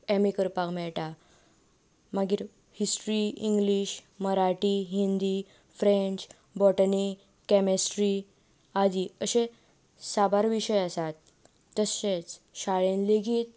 M A करपाक मेळटा मागीर history English Marathi Hindi French botany chemistry अशे साबार विशय आसात तशेंच शाळेंत लेगीत